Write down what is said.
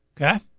Okay